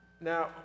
Now